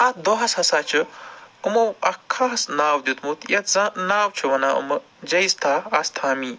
اَتھ دۄہَس ہسا چھِ یِمَو اَکھ خاص ناو دیُتمُت یَتھ سا ناو چھِ وَنان یِم جیستھا آستھامی